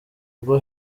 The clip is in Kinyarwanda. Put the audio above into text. rwo